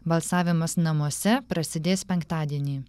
balsavimas namuose prasidės penktadienį